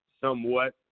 somewhat